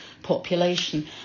population